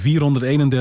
431